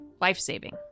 life-saving